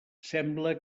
sembla